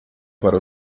para